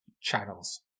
Channels